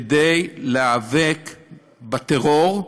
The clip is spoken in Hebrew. כדי להיאבק בטרור,